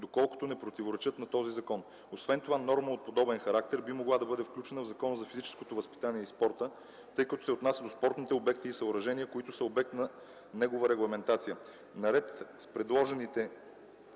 доколкото не противоречат на този закон. Освен това норма от подобен характер би могла да бъде включена в Закона за физическото възпитание и спорта, тъй като се отнася до спортните обекти и съоръжения, които са обект на негова регламентация. Наред с предложените